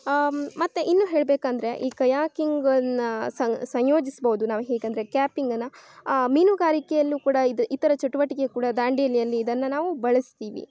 ಹಾಂ ಮತ್ತೆ ಇನ್ನು ಹೇಳಬೇಕಂದ್ರೆ ಈ ಕಯಾಕಿಂಗನ್ನು ಸಂಯೋಜಿಸ್ಬೌದು ನಾವು ಹೇಗೆಂದ್ರೆ ಕಾಪಿಂಗನ್ನು ಮೀನುಗಾರಿಕೆಯಲ್ಲು ಕೂಡ ಇದು ಇತರ ಚಟುವಟಿಕೆ ಕೂಡ ದಾಂಡೇಲಿಯಲ್ಲಿ ಇದನ್ನು ನಾವು ಬಳಸ್ತೀವಿ